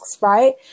right